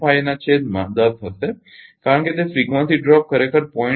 5 ના છેદમાં 10 હશે કારણ કે તે ફ્રિકવંસી ડ્રોપ ખરેખર 0